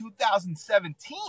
2017